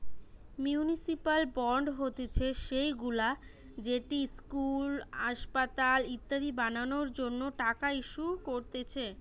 municipal bond হতিছে সেইগুলা যেটি ইস্কুল, আসপাতাল ইত্যাদি বানানোর জন্য টাকা ইস্যু করতিছে